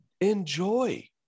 enjoy